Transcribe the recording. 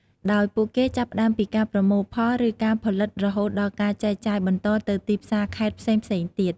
ដោយពួកគេចាប់ផ្តើមពីការប្រមូលផល ឬការផលិតរហូតដល់ការចែកចាយបន្តទៅទីផ្សារខេត្តផ្សេងៗទៀត។